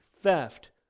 theft